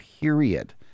period